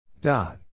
Dot